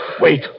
Wait